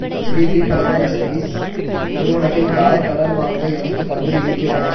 HDB finance service நிறுவனத்தில் car கடன் வாங்க எனக்குத் தகுதி இருக்கிறதா